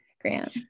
grant